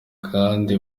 kandi